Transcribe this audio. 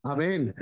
Amen